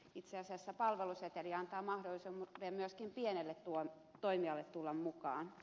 itse asiassa palveluseteli antaa mahdollisuuden myöskin pienelle toimijalle tulla mukaan